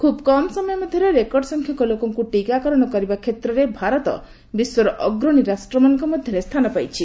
ଖୁବ୍ କମ୍ ସମୟ ମଧ୍ୟରେ ଏହି ରେକର୍ଡ ସଂଖ୍ୟକ ଲୋକଙ୍କୁ ଟିକାକରଣ କରିବା କ୍ଷେତ୍ରରେ ଭାରତ ବିଶ୍ୱର ଅଗ୍ରଣୀ ରାଷ୍ଟ୍ରମାନଙ୍କ ମଧ୍ୟରେ ସ୍ଥାନ ପାଇଛି